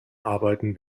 arbeiten